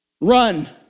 run